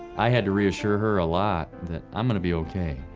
i had to reassure her a lot that i'm going to be okay.